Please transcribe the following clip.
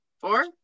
four